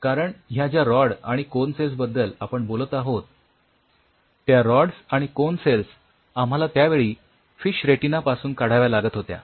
कारण ह्या ज्या रॉड आणि कोन सेल्स बद्दल आपण बोलत आहोत त्या रॉड्स आणि कोन्स सेल्स आम्हाला त्यावेळी फिश रेटिना पासून काढाव्या लागत होत्या